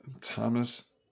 Thomas